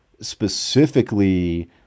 specifically